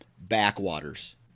backwaters